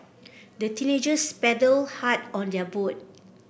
the teenagers paddled hard on their boat